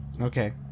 Okay